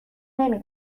نمی